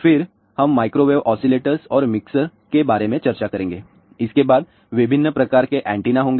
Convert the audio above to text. फिर हम microwave oscillators और मिक्सर के बारे में चर्चा करेंगे और इसके बाद विभिन्न प्रकार के एंटेना होंगे